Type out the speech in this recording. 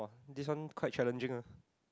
this one quite challenging ah